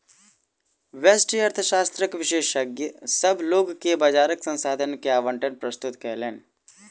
व्यष्टि अर्थशास्त्रक विशेषज्ञ, सभ लोक के बजारक संसाधन के आवंटन प्रस्तुत कयलैन